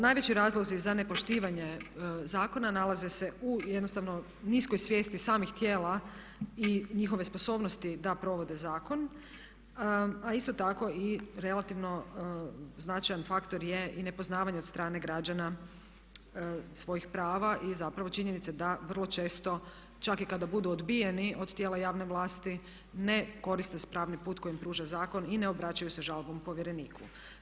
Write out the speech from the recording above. Najveći razlozi za nepoštivanje zakona nalaze se u jednostavno niskoj svijesti samih tijela i njihove sposobnosti da provode zakon, a isto tako i relativno značajan faktor je i nepoznavanje od strane građana svojih prava i zapravo činjenice da vrlo često čak i kada budu odbijeni od tijela javne vlasti ne koriste pravni put koji im pruža zakon i ne obraćaju se žalbom povjereniku.